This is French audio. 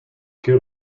que